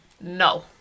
no